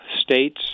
states